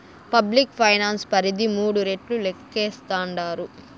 public finance పరిధి మూడు రెట్లు లేక్కేస్తాండారు